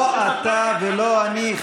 לא אתה ולא אני,